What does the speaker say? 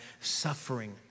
suffering